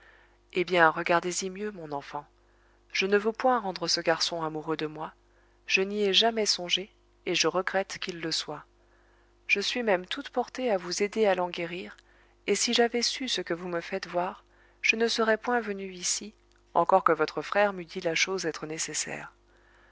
eh bien regardez y mieux mon enfant je ne veux point rendre ce garçon amoureux de moi je n'y ai jamais songé et je regrette qu'il le soit je suis même toute portée à vous aider à l'en guérir et si j'avais su ce que vous me faites voir je ne serais point venue ici encore que votre frère m'eût dit la chose être nécessaire